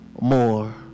more